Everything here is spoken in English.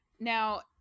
Now